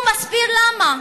הוא מסביר למה.